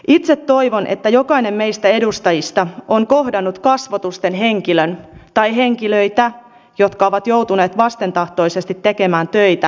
itse toivon että jokainen meistä edustajista on kohdannut kasvotusten henkilön tai henkilöitä jotka ovat joutuneet vastentahtoisesti tekemään töitä nollatuntisopimuksella